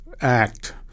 act